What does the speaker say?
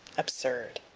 absurd.